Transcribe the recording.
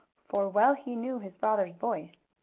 for well he knew his father's voice.